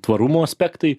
tvarumo aspektai